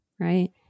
Right